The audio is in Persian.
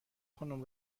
خانم